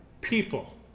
people